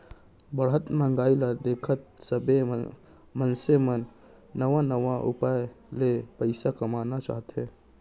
बाढ़त महंगाई ल देखत सबे मनसे मन नवा नवा उपाय ले पइसा कमाना चाहथे